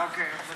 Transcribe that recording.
אה, זהבה'לה?